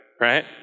Right